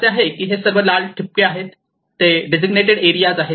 असे आहे की हे सर्व लाल ठिपके आहेत ते डेसिग्नेटेड एरिया आहेत